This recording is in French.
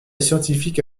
scientifique